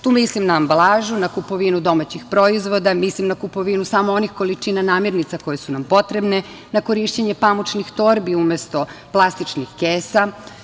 Tu mislim na ambalažu, na kupovinu domaćih proizvoda, mislim na kupovinu samo onih količina namirnica koje su nam potrebne, na korišćenje pamučnih torbi umesto plastičnih kesa.